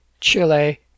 Chile